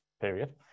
Period